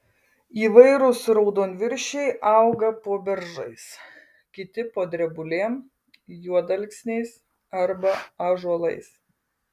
įvairūs raudonviršiai auga po beržais kiti po drebulėm juodalksniais arba ąžuolais